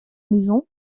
maison